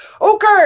okay